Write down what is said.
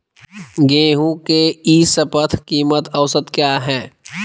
गेंहू के ई शपथ कीमत औसत क्या है?